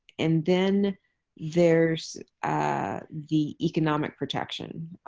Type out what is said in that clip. and then there's the economic protection.